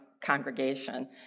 congregation